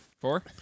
Four